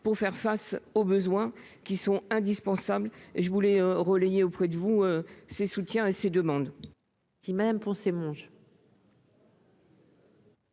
pour faire face aux besoins qui sont indispensables et je voulais relayer auprès de vous, ses soutiens et ses demandes.